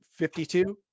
52